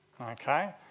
okay